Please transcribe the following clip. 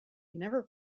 never